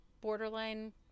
borderline